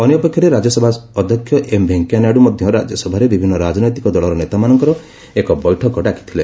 ଅନ୍ୟପକ୍ଷରେ ରାଜ୍ୟସଭା ଅଧ୍ୟକ୍ଷ ଏମ୍ ଭେଙ୍କୟାନାଇଡ଼ୁ ମଧ୍ୟ ରାଜ୍ୟସଭାରେ ବିଭିନ୍ନ ରାଜନୈତିକ ଦଳର ନେତାମାନଙ୍କର ଏକ ବୈଠକ ଡାକିଥିଲେ